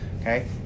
okay